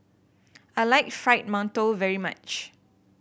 I like Fried Mantou very much